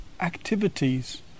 activities